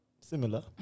Similar